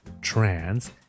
trans